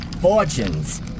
fortunes